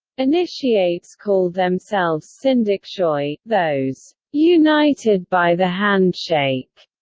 initiates called themselves syndexioi, those united by the handshake.